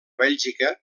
bèlgica